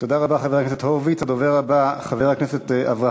תודה רבה, חבר הכנסת הורוביץ.